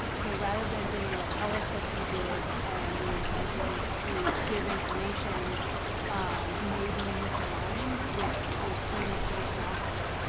so rather than being a, tell us what you did and the incentives to give information may be misaligned with with putting information out there.